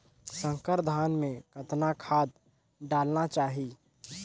संकर धान मे कतना खाद डालना चाही?